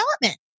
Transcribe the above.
development